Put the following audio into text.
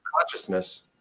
consciousness